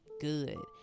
good